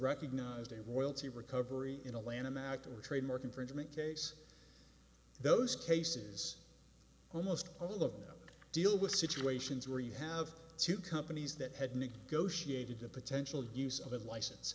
recognized a royalty recovery in a lanham act trademark infringement case those cases almost all of them deal with situations where you have two companies that had negotiated a potential use of a license